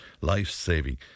life-saving